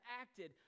acted